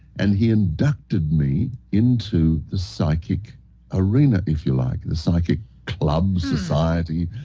and he inducted me into the psychic arena, if you'd like the psychic club, society.